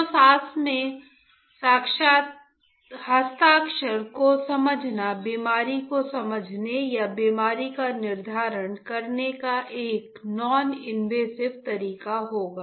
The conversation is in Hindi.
तो सांस के हस्ताक्षर को समझना बीमारी को समझने या बीमारी का निर्धारण करने का एक नॉन इनवेसिव तरीका होगा